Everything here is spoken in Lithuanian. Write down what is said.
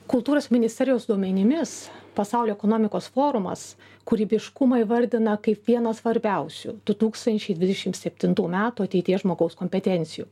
kultūros ministerijos duomenimis pasaulio ekonomikos forumas kūrybiškumą įvardina kaip vieną svarbiausių du tūkstančiai dvidešim septintų metų ateities žmogaus kompetencijų